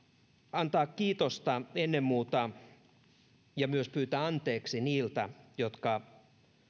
antaa kiitosta ennen muuta niille ja myös pyytää anteeksi niiltä jotka